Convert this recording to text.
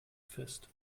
fest